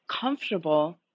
comfortable